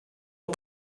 het